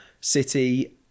city